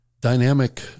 dynamic